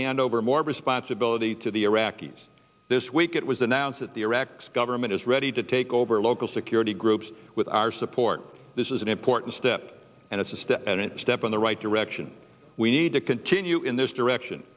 hand over more responsibility to the iraqis this week it was announced that the iraq's government is ready to take over local security groups with our support this is an important step and it's a step and it's a step in the right direction we need to continue in this direction